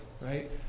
right